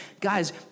guys